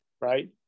right